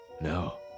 no